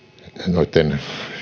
noitten